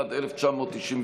התשנ"ד 1994,